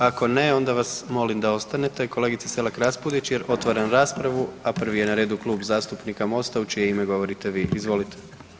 Ako ne, onda vas molim da ostanete, kolegice Selar Raspudić, jer otvaram raspravu, a prvi je na redu Klub zastupnika Mosta u čije ime govorite vi. izvolite.